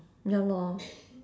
ya lor